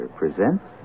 presents